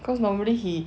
cause normally he